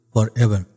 Forever